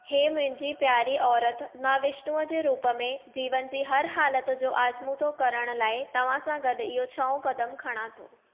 हे मुंहिंजी प्यारी औरत मां विष्णूअ जे रूप में जीवन जी हर हालति जो आज़मूदो करण लाइ तव्हां सां गॾि इहो छहों क़दम खणा थो